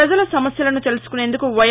ప్రపజల సమస్యలను తెలుసుకునేందుకు వై